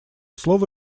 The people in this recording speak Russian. слово